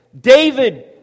David